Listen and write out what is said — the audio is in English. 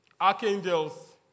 archangels